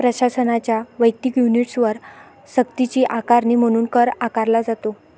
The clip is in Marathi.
प्रशासनाच्या वैयक्तिक युनिट्सवर सक्तीची आकारणी म्हणून कर आकारला जातो